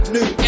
New